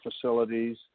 facilities